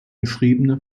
geschriebene